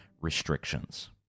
restrictions